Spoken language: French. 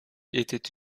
étaient